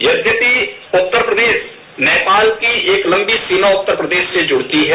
यघापि उत्तर प्रदेश नेपाल की एक लंबी सीमा उत्तर प्रदेश से जुड़ती है